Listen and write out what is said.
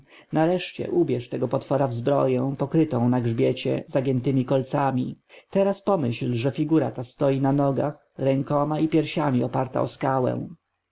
nareszcie ubierz tego potwora w zbroję pokrytą na grzbiecie zagiętemi kolcami teraz pomyśl że figura ta stoi na nogach rękoma i piersiami oparta o skałę